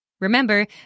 Remember